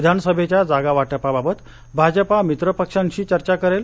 विधानसभेच्या जागावाटपाबाबत भाजपा मित्रपक्षांशी चर्चा करेल